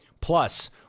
Plus